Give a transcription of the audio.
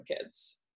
kids